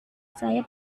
saya